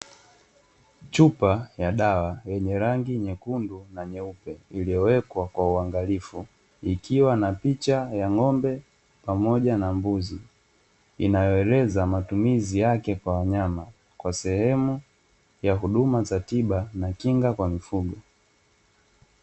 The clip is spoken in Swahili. Chupa ya dawa yenye rangi nyekundu na nyeupe iliowekwa kwa uangalifu ikiwa na picha ya ng'ombe pamoja na mbuzi, inayoeleza matumizi yake kwa wanyama kwa sehemu ya huduma za tiba na kinga kwa mifugo.